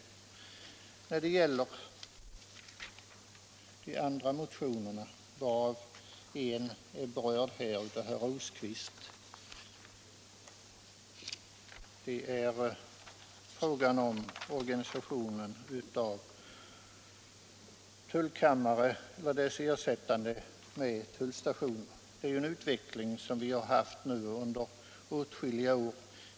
Herr Rosqvist tog upp den motion som berör frågan om organisationen av tullkamrar och deras ersättande med tullstationer. Det är en utveckling som har pågått under åtskilliga år.